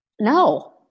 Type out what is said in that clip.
No